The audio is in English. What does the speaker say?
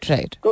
Right